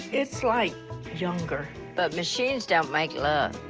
it's like younger. but machines don't make love.